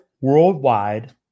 worldwide